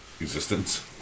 existence